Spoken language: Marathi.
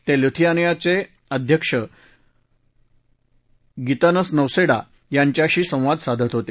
ते लुथियानियाचे राष्ट्राध्यक्ष गीतानस नौसेडा यांच्याशी संवाद साधत होते